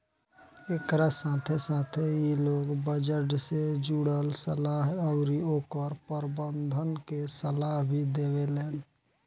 एकरा साथे साथे इ लोग बजट से जुड़ल सलाह अउरी ओकर प्रबंधन के सलाह भी देवेलेन